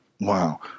Wow